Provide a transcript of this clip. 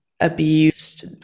abused